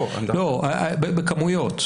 לא, אנחנו --- לא, בכמויות.